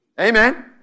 Amen